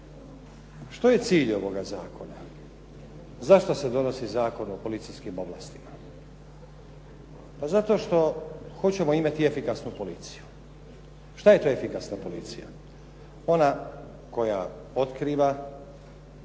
Što je cilj ovoga zakona? Zašto se donosi Zakon o policijskim ovlastima? Pa zato što hoćemo imati efikasnu policiju. Šta je to efikasna policija? Ona koja otkriva